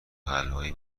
حلوایی